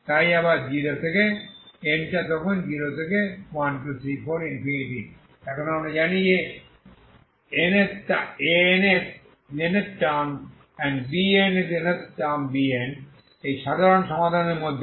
তাই আবার n 0 123 তাই এখন আমি জানি আমার An এবং Bn এই সাধারণ সমাধানের মধ্যে